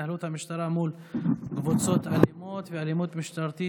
התנהלות המשטרה מול קבוצות אלימות ואלימות משטרתית